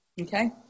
okay